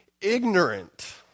ignorant